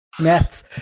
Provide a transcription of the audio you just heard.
maths